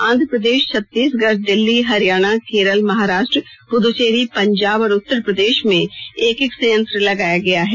आंध्र प्रदेश छत्तीसगढ़ दिल्ली हरियाणा केरल महाराष्ट्र पुदुचेरी पंजाब और उत्तर प्रदेश में एक एक संयंत्र लगाया गया है